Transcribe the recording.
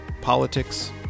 politics